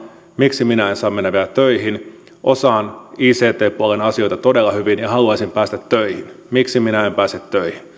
miksi minä en saa mennä vielä töihin osaan ict puolen asioita todella hyvin ja haluaisin päästä töihin miksi minä en pääse töihin